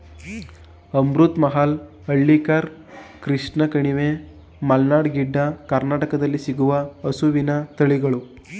ಅಮೃತ್ ಮಹಲ್, ಹಳ್ಳಿಕಾರ್, ಕೃಷ್ಣ ಕಣಿವೆ, ಮಲ್ನಾಡ್ ಗಿಡ್ಡ, ಕರ್ನಾಟಕದಲ್ಲಿ ಸಿಗುವ ಹಸುವಿನ ತಳಿಗಳು